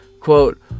quote